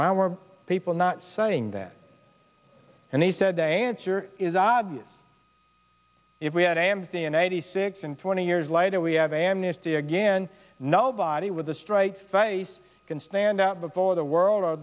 why were people not saying that and he said a answer is obvious if we had a m t and eighty six and twenty years later we have amnesty again nobody with a straight face can stand out before the world o